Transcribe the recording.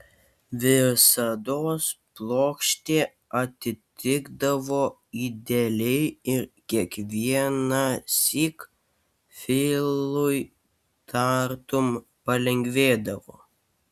visados plokštė atitikdavo idealiai ir kiekvienąsyk filui tartum palengvėdavo